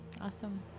awesome